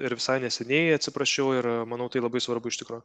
ir visai neseniai atsiprašiau ir manau tai labai svarbu iš tikro